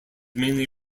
mainly